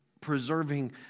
preserving